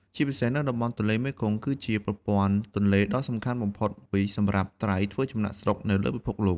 ជាពិសេស នៅតំបន់ទន្លេមេគង្គ គឺជាប្រព័ន្ធទន្លេដ៏សំខាន់បំផុតមួយសម្រាប់ត្រីធ្វើចំណាកស្រុកនៅលើពិភពលោក។